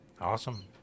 Awesome